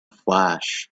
flash